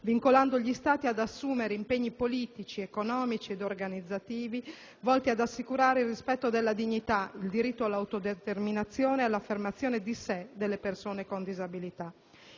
vincolando gli Stati ad assumere impegni politici, economici ed organizzativi volti ad assicurare il rispetto della dignità, il diritto all'autodeterminazione e all'affermazione di sé delle persone con disabilità.